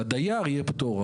לדייר יהיה פטור,